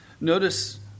Notice